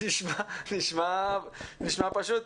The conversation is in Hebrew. נשמע פשוט.